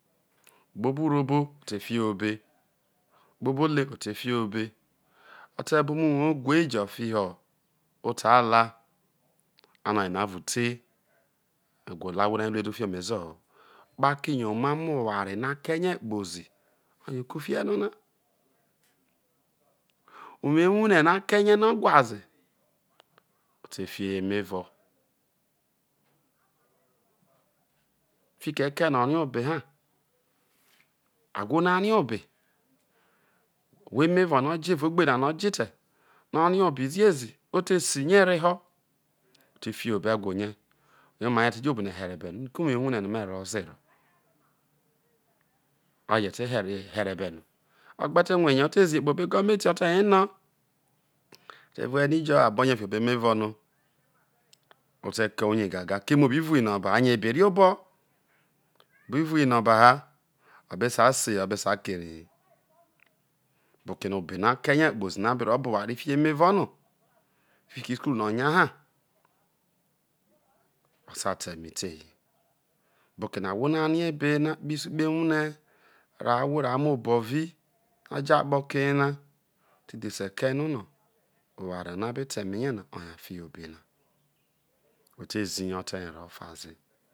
kpobo̱ urho whe̱ te fie obei, kpobo olehg whefe fie ho̱ obei o̱ te̱ bo̱ omouwou owhre jo̱ fiho oto ula ano oyena aro̱ o te me̱ gwolo ahwo no̱ a re̱ nedo fiho ome̱ ezo ho̱ kpakiyo omamo owareno akerie kpozi oye okufieno na uwoo ewuhre ro a ke rie no o̱ wha ze o te fie ho emevo piki eke no̱ o̱ rie obe ha ahwono a rie obe who emevo rio oje evao ogbeno o̱ jo etee no̱ o rie obe ziezi o te sirie reho o te fie ho obo ewhorie oye omarie te jo obone he̱re̱ be no no ko̱ uwou ewuhre no̱ me̱ rro ze ro oje te he̱re̱ he̱re̱ be no ogbe te rue erei he̱ ote̱ zihe kpobo egom eti o te nyai no̱ a te vuei no̱ ijo abo rie fiho emevo no o te kee uye gaga keme o bi vuho inombaha yo̱ ebe erie obo̱ o bi vuho inomaha o̱ besai sehe o̱be saikere boo obe no̱ a ke̱ rie kpozi no a be̱ ro bo owure fiho emevo no fiki tsukulu ho̱ o̱ nya ha o̱, sai ta eme tei hi boo ahwo no arie obe no a kpoho isukulu no a kpoho ewuhre roho ahwo roho amo bovi no̱ a jo akpo okeyena te dhese kei no no̱ oware no̱ a be ta eme rie ma oye afiho obei na ote ahe o̱te̱ nyai reho ofa nyaze.